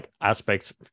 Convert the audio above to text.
aspects